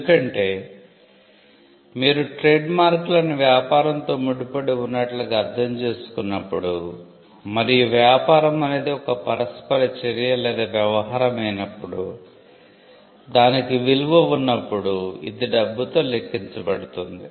ఎందుకంటే మీరు ట్రేడ్మార్కులను వ్యాపారంతో ముడిపడి ఉన్నట్లుగా అర్థం చేసుకున్నప్పుడు మరియు వ్యాపారం అనేది ఒక పరస్పర చర్య లేదా వ్యవహారం అయినప్పుడు దానికి విలువ ఉన్నప్పుడు ఇది డబ్బుతో లెక్కించబడుతుంది